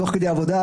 תוך כדי עבודה,